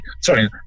sorry